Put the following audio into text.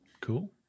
cool